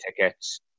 tickets